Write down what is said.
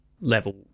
level